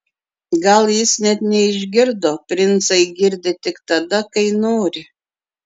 gal jis net neišgirdo princai girdi tik tada kai nori